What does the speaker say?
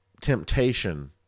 temptation